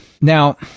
Now